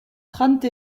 trente